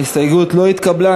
ההסתייגות לא התקבלה.